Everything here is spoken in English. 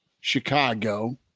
Chicago